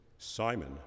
Simon